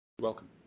Welcome